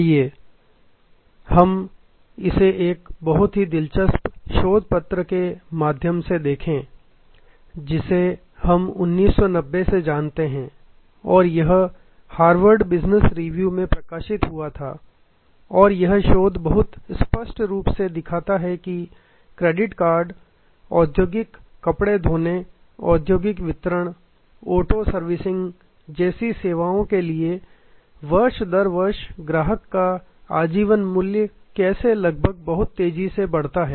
आइए हम इसे एक बहुत ही दिलचस्प शोध पत्र के माध्यम से देखें जिसे हम 1990 से जानते हैं और यह हार्वर्ड बिजनेस रिव्यू में प्रकाशित हुआ था और यह शोध बहुत स्पष्ट रूप से दिखाता है कि क्रेडिट कार्ड औद्योगिक कपड़े धोने औद्योगिक वितरण ऑटो सर्विसिंग जैसी सेवाओं के लिए वर्ष दर वर्ष ग्राहक का आजीवन मूल्य कैसे लगभग बहुत तेजी से बढ़ता है